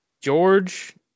George